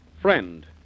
Friend